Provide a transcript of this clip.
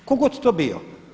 Tko god to bio.